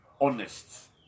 honest